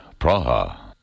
Praha